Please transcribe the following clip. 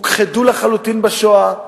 הוכחדו לחלוטין בשואה,